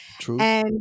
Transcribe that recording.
True